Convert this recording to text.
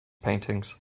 paintings